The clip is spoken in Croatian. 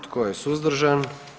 Tko je suzdržan?